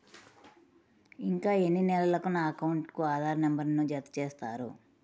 ఇంకా ఎన్ని నెలలక నా అకౌంట్కు ఆధార్ నంబర్ను జత చేస్తారు?